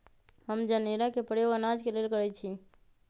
हम जनेरा के प्रयोग अनाज के लेल करइछि